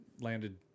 landed